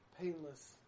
painless